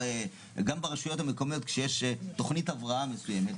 גם ברשויות המקומיות כשיש תוכנית הבראה מסוימת,